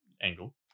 angle